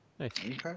okay